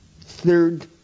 Third